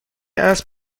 اسب